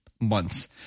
months